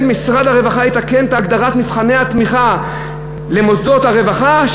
משרד הרווחה יתקן את הגדרת מבחני התמיכה למוסדות הרווחה,